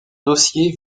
dossier